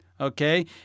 Okay